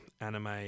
anime